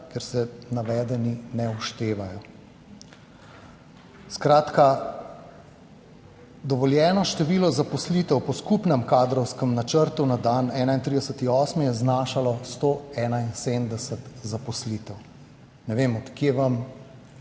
ker se navedeni ne vštevajo. Skratka, dovoljeno število zaposlitev po skupnem kadrovskem načrtu na dan 31. 8. je znašalo 171 zaposlitev. Ne vem od kje vam,